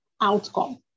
outcome